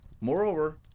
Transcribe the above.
Moreover